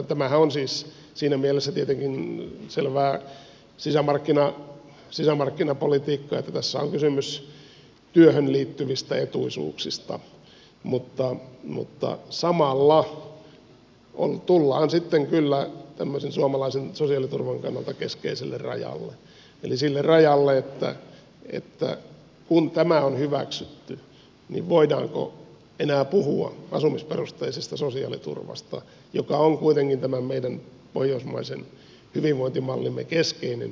tämähän on siis siinä mielessä tietenkin selvää sisämarkkinapolitiikkaa että tässä on kysymys työhön liittyvistä etuisuuksista mutta samalla tullaan sitten kyllä tämmöisen suomalaisen sosiaaliturvan kannalta keskeiselle rajalle eli sille rajalle että kun tämä on hyväksytty niin voidaanko enää puhua asumisperusteisesta sosiaaliturvasta joka on kuitenkin tämän meidän pohjoismaisen hyvinvointimallimme keskeinen ydin